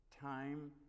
time